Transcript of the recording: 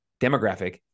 demographic